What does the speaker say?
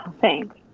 Thanks